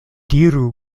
diru